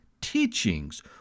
teachings